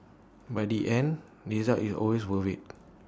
but the end result is always worth IT